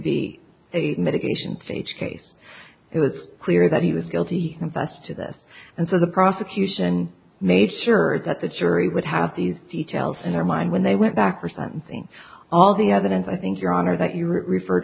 be a medication change case it's clear that he was guilty and thus to this and so the prosecution made sure that the jury would have these details in their mind when they went back for sentencing all the evidence i think your honor that you refer